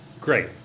great